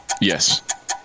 Yes